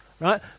right